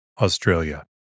Australia